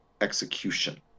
execution